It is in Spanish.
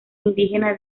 indígena